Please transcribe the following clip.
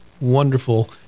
wonderful